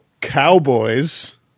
cowboys